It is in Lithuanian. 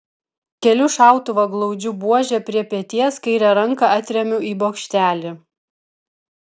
keliu šautuvą glaudžiu buožę prie peties kairę ranką atremiu į bokštelį